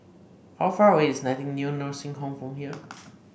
how far away is Nightingale Nursing Home from here